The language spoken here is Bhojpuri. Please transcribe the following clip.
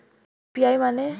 यू.पी.आई माने?